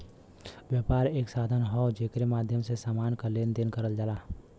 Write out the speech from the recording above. व्यापार एक साधन हौ जेकरे माध्यम से समान क लेन देन करल जाला